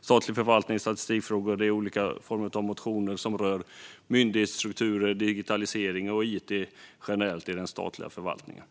Statlig förvaltning och statistikfrågor är olika former av motioner som rör myndighetsstrukturer, digitalisering och it generellt i den statliga förvaltningen.